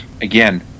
again